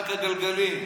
רק הגלגלים,